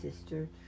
sister